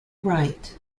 right